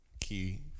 key